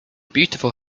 beautiful